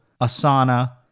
Asana